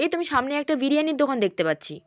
এই তো আমি সামনে একটা বিরিয়ানির দোকান দেখতে পাচ্ছি